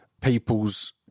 people's